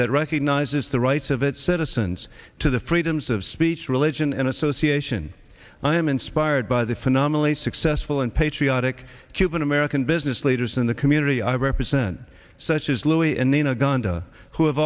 that recognizes the rights of its citizens to the freedoms of speech religion and association and i am inspired by the phenomenally successful and patriotic cuban american business leaders in the community i represent such as louis and they know gunda who have